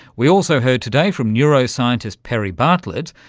we also heard today from neuroscientist perry bartlett,